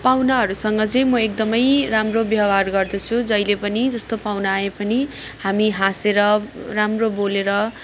पाहुनाहरूसँग चाहिँ म एकदम राम्रो व्यवहार गर्दछु जहिले पनि जस्तो पाहुना आए पनि हामी हाँसेर राम्रो बोलेर